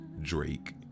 Drake